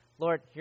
Lord